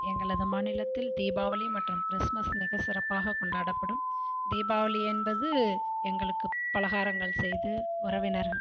எங்களது மாநிலத்தில் தீபாவளி மற்றும் கிறிஸ்மஸ் மிக சிறப்பாக கொண்டாடப்படும் தீபாவளி என்பது எங்களுக்கு பலகாரங்கள் செய்து உறவினர்